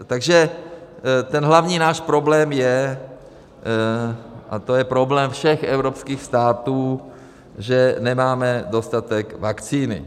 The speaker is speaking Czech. Takže ten hlavní náš problém je, a to je problém všech evropských států, že nemáme dostatek vakcíny.